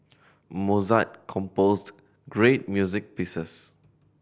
Mozart composed great music pieces